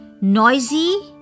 noisy